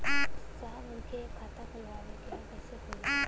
साहब हमके एक खाता खोलवावे के ह कईसे खुली?